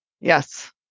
Yes